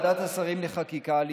החוזר בתשובה הראשון שגילה את בוראו